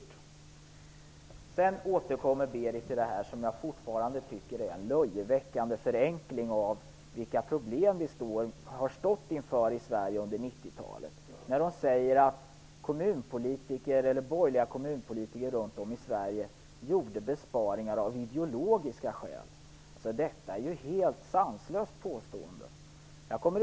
Berit Andnor återkommer till det som jag fortfarande tycker är en löjeväckande förenkling av de problem som vi i Sverige hittills under 90-talet stått inför. Hon säger att borgerliga kommunpolitiker runt om i Sverige gjorde besparingar av ideologiska skäl. Det är ett helt sanslöst påstående.